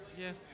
yes